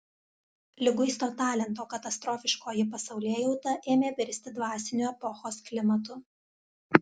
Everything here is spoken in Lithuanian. liguisto talento katastrofiškoji pasaulėjauta ėmė virsti dvasiniu epochos klimatu